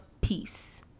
peace